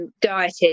dieted